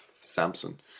Samson